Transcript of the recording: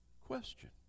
Question